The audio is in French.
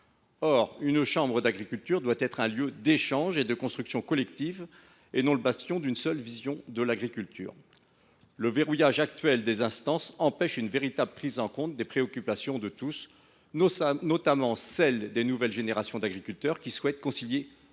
Or une chambre d’agriculture se doit d’être un lieu d’échange et de construction collective, non le bastion d’une seule vision de l’agriculture. Le verrouillage actuel des instances empêche une véritable prise en compte des préoccupations de tous, notamment celles des nouvelles générations d’agriculteurs qui souhaitent concilier